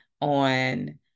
on